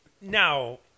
Now